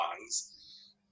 lungs